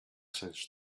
sens